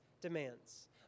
demands